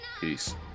Peace